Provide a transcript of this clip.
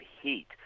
heat